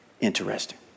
interesting